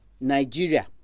Nigeria